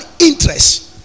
interest